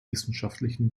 wissenschaftlichen